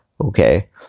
Okay